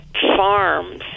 farms